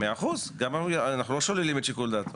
100%, אנחנו לא שוללים את שיקול דעתו.